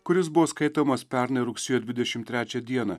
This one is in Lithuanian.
kuris buvo skaitomas pernai rugsėjo dvidešimt trečią dieną